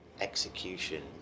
Execution